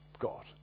God